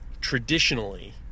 traditionally